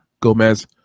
Gomez